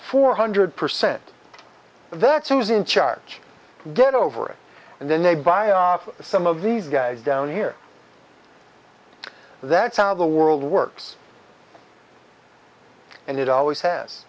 four hundred percent that's who's in charge get over it and then they buy off some of these guys down here that sound the world works and it always has